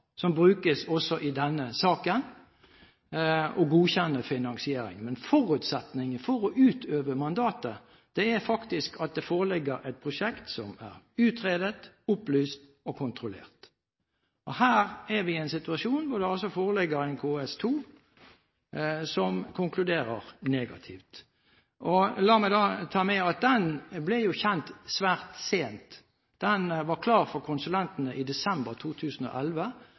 som brukes også i denne saken, om å godkjenne finansiering. Forutsetningen for å utøve mandatet er faktisk at det foreligger et prosjekt som er utredet, opplyst og kontrollert. Her er vi i en situasjon hvor det altså foreligger en KS2-rapport, som konkluderer negativt. La meg ta med at den ble kjent svært sent. Den var klar for konsulentene i desember 2011,